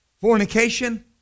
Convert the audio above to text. fornication